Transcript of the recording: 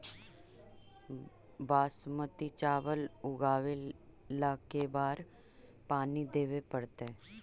बासमती चावल उगावेला के बार पानी देवे पड़तै?